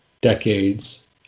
decades